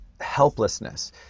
helplessness